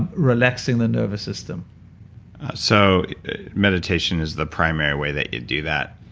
relaxing the nervous system so meditation is the primary way that you do that?